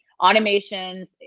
Automations